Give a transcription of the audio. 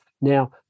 now